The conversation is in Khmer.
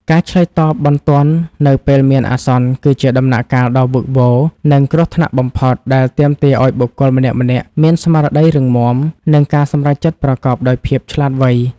ការឆ្លើយតបបន្ទាន់នៅពេលមានអាសន្ន គឺជាដំណាក់កាលដ៏វីកវរ និងគ្រោះថ្នាក់បំផុត ដែលទាមទារឱ្យបុគ្គលម្នាក់ៗមានស្មារតីរឹងមាំ និងការសម្រេចចិត្តប្រកបដោយភាពឆ្លាតវៃ។